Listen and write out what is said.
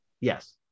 Yes